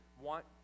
want